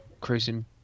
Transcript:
Cruising